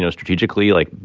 yeah strategically, like,